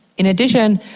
in addition,